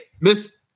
miss